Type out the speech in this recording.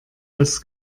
das